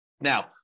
Now